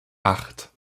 acht